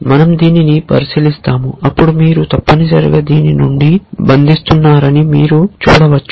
మన০ దీనిని పరిశీలిస్తాము అప్పుడు మీరు తప్పనిసరిగా దీని నుండి బంధిస్తున్నారని మీరు చూడవచ్చు